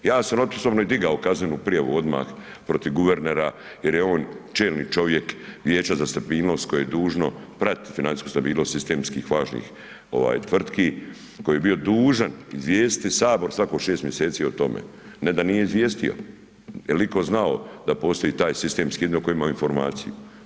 Ja samo … [[Govornik se ne razumije]] i digao kaznenu prijavu odmah protiv guvernera jer je on čelni čovjek Vijeća za stabilnost koje je dužno pratiti financijsku stabilnost sistemski važnih tvrtki, koji je bio dužan izvijestiti HS svako 6 mjeseci o tome, ne da nije izvijestio, jel iko znao da postoji taj sistemski … [[Govornik se ne razumije]] koji ima informaciju.